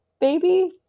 baby